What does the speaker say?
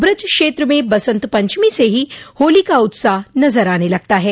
ब्रज क्षेत्र में बंसत पंचमी से ही होली का उत्साह नज़र आने लगता है